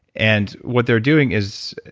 and what they're doing is,